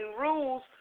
rules